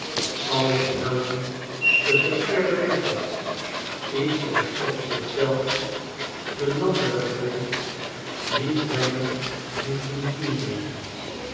alles helde den verkeerden weg op iets wat op zich zelf de landerigheid niet weinig moest doen toenemen